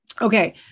Okay